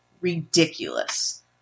ridiculous